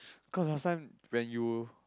cause last time when you